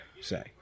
say